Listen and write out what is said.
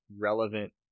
relevant